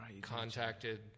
contacted